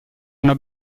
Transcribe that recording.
una